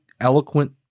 eloquent